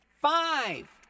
five